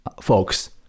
folks